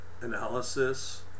analysis